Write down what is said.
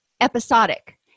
episodic